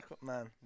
man